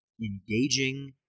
engaging